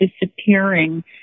disappearing